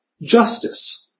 justice